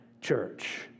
church